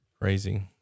Crazy